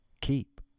keep